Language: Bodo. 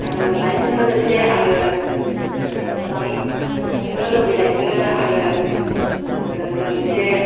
आरो मोननायजों लोगोसे आङो गोबां संनो लुबैनायजोंनो आङो मोनसे